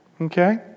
okay